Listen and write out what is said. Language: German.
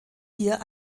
hier